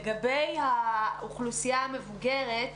לגבי האוכלוסייה המבוגרת.